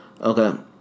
okay